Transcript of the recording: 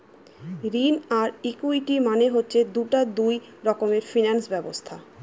ঋণ আর ইকুইটি মানে হচ্ছে দুটা দুই রকমের ফিনান্স ব্যবস্থা